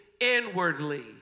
inwardly